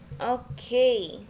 Okay